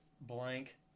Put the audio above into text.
blank